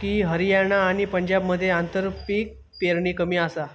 की, हरियाणा आणि पंजाबमध्ये आंतरपीक पेरणी कमी आसा